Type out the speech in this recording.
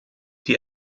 die